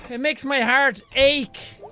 it makes my heart ache.